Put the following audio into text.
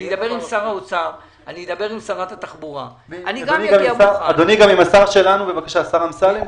אדוני, גם עם השר שלנו, אמסלם.